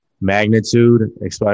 magnitude